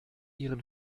ihren